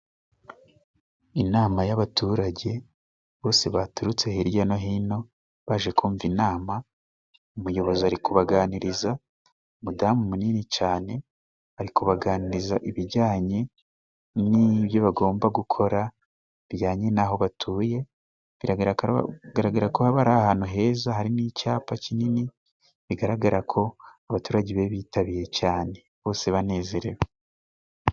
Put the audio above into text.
Inama y'abaturage bose baturutse hirya no hino baje kumva inama. Umuyobozi ari kubaganiriza, umudamu munini cyane, ari kubaganiriza ibijyanye n'ibyo bagomba gukora bijyanye n'aho batuye. Biragara ko bigaragara ko bari ahantu heza, hari n'icyapa kinini bigaragara ko abaturage bari bitabiriye cyane bose banezerewe.